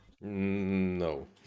No